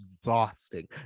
exhausting